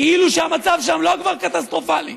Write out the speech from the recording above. כאילו שהמצב שם עדיין